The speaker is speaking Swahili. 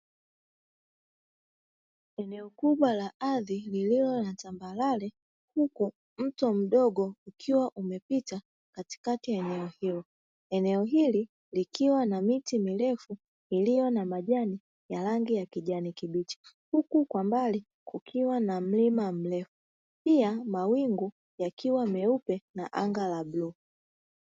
Eneo kubwa la ardhi lililo la tambarare huku mto mdogo ukiwa umepita katikati ya eneo hilo. Eneo hili likiwa na miti mirefu iliyo na majani ya rangi ya kijani kibichi, huku kwa mbali kukiwa na mlima mrefu pia mawingu yakiwa meupe na anga la bluu.